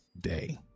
day